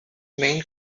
main